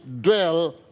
dwell